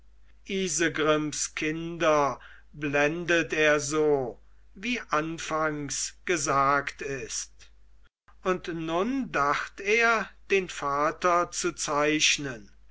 isegrims kinder blendet er so wie anfangs gesagt ist und nun dacht er den vater zu zeichnen